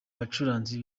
bacuranzi